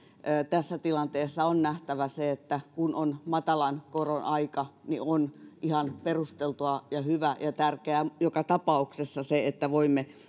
tässä tilanteessa on nähtävä se että kun on matalan koron aika niin on ihan perusteltua ja hyvä ja tärkeä joka tapauksessa se että voimme